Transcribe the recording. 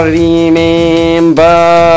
remember